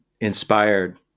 inspired